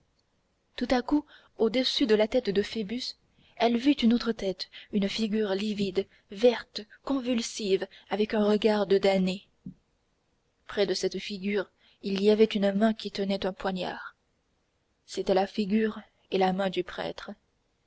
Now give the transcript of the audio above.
tout à coup au-dessus de la tête de phoebus elle vit une autre tête une figure livide verte convulsive avec un regard de damné près de cette figure il y avait une main qui tenait un poignard c'était la figure et la main du prêtre